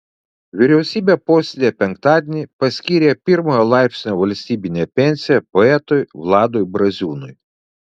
vyriausybė posėdyje penktadienį paskyrė pirmojo laipsnio valstybinę pensiją poetui vladui braziūnui